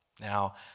Now